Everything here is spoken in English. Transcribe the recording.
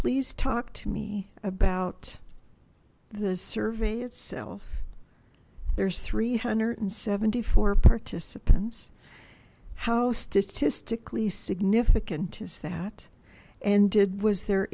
please talk to me about the survey itself there's three hundred and seventy four participants how statistically significant is that and did was there